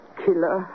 killer